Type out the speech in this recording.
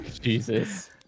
Jesus